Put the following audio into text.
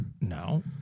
No